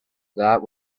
that